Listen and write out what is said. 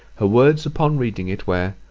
her words upon reading it were,